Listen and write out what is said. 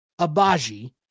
Abaji